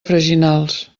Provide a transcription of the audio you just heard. freginals